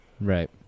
Right